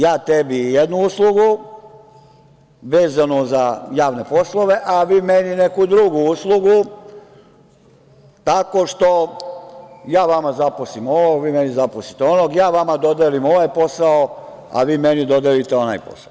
Ja tebi jednu uslugu vezanu za javne poslove, a vi meni neku drugu uslugu tako što ja vama zaposlim ovog, vi meni zaposlite onog, ja vama dodelim ovaj posao, a vi meni dodelite onaj posao.